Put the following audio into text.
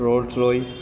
road chloe